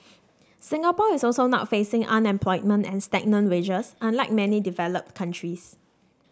Singapore is also not facing unemployment and stagnant wages unlike many developed countries